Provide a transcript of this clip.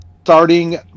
starting